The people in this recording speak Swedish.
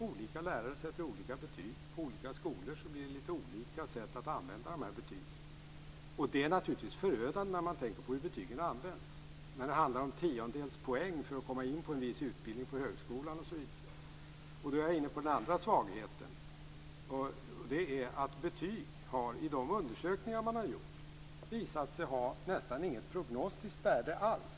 Olika lärare sätter olika betyg, och på olika skolor blir det litet olika sätt att använda betygen. Det är naturligtvis förödande när man tänker på hur betygen används, när det handlar om tiondels poäng för att komma in på en viss utbildning på högskolan osv. Då är jag inne på den andra svagheten. Det är att betyg i de undersökningar man har gjort har visat sig ha nästan inget prognostiskt värde alls.